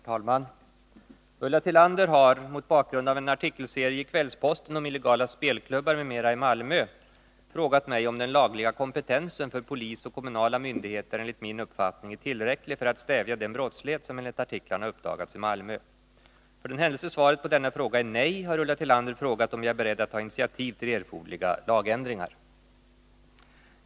Herr talman! Ulla Tillander har — mot bakgrund av en artikelserie i Kvällsposten om illegala spelklubbar m.m. i Malmö — frågat mig om den lagliga kompetensen för polis och kommunala myndigheter enligt min uppfattning är tillräcklig för att stävja den brottslighet som enligt artiklarna har uppdagats i Malmö. För den händelse svaret på denna fråga är nej, har Ulla Tillander frågat om jag är beredd att ta initiativ till erforderliga lagändringar.